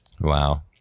Wow